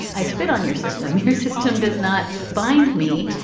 i spit on your system. your system does not bind me.